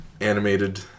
animated